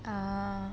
err